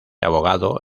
abogado